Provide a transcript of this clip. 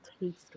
taste